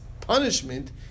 punishment